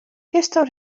kinsto